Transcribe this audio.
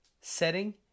setting